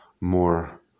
more